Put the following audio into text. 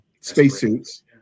spacesuits